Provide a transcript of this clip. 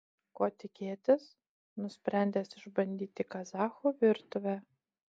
ko tikėtis nusprendęs išbandyti kazachų virtuvę